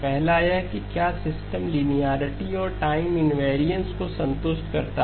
पहला यह है कि क्या सिस्टम लीनियरिटी और टाइम इनवेरियनस को संतुष्ट करता है